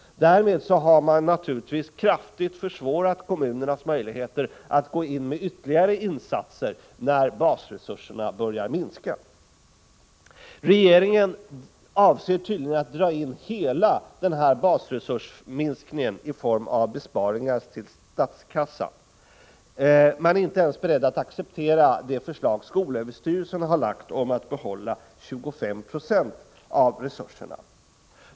Därmed har man naturligtvis kraftigt försvårat kommunernas möjligheter att gå in med ytterligare insatser när basresurserna börjar minska. Regeringen avser tydligen att dra in hela basresursminskningen i form av besparingar när det gäller statskassan. Man är inte ens beredd att acceptera det förslag skolöverstyrelsen har lagt fram om att behålla 25 76 av resurserna.